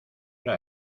hora